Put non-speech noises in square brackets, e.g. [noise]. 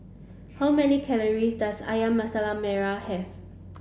how many calorie does Ayam [unintelligible] Merah have